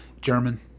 German